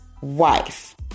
wife